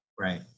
Right